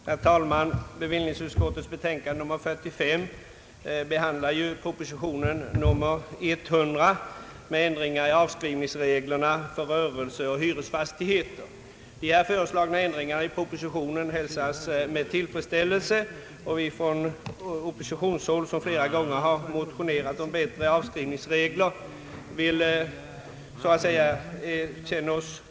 Herr talman! Bevillningsutskottets betänkande nr 45 behandlar proposition nr 100 med ändringar i avskrivningsreglerna för rörelse och hyresfastighet. De i propositionen föreslagna ändringarna hälsas med tillfredsställelse. Vi på oppositionshåll, som flera gånger motionerat om bättre avskrivningsregler, känner oss nöjda.